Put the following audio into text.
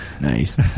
Nice